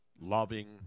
loving